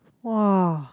!wah!